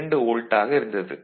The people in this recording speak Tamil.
2 வோல்ட் ஆக இருந்தது